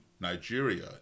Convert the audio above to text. Nigeria